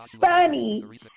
funny